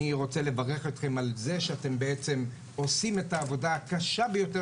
אני רוצה לברך אתכם על זה שאתם עושים את העבודה הקשה ביותר